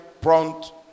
Prompt